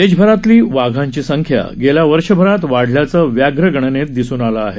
देशभरातली वाघांची संख्या गेल्या वर्षभरात वाढल्याचं व्याघ्रगणनेत दिसून आलं आहे